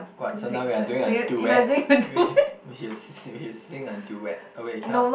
what so now we are doing a duet we shall we shall sing a duet oh wait you cannot